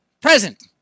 present